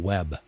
Web